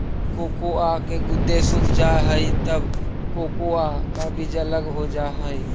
cocoa के गुदे सूख जा हई तब कोकोआ का बीज अलग हो जा हई